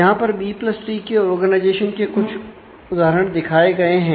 यहां पर B plus tree के ऑर्गनाइजेशन के कुछ उदाहरण दिखाए गए हैं